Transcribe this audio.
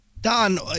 Don